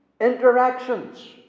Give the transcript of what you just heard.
interactions